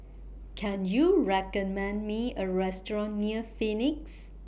Can YOU recommend Me A Restaurant near Phoenix